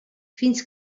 fins